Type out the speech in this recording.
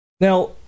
Now